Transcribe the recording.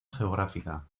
geográfica